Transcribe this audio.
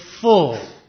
full